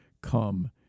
come